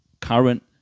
current